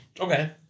Okay